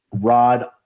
Rod